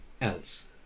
else